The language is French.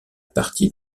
partie